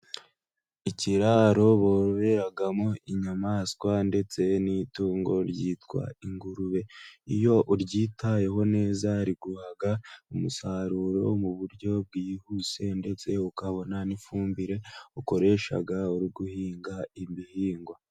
Ikiraro bororeramo inyamaswa ndetse n'itungo ryitwa ingurube. Iyo uryitayeho neza riguha umusaruro mu buryo bwihuse ndetse ukabona n'ifumbire ukoresha uri guhinga ibihingwa.